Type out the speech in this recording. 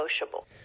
negotiable